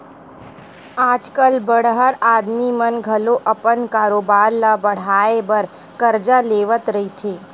आज कल बड़हर आदमी मन घलो अपन कारोबार ल बड़हाय बर करजा लेवत रहिथे